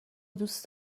دوست